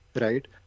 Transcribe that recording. right